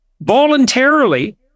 Voluntarily